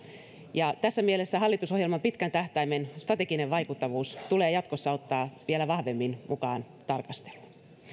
ja tässä mielessä hallitusohjelman pitkän tähtäimen strateginen vaikuttavuus tulee jatkossa ottaa vielä vahvemmin mukaan tarkasteluun